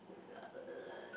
uh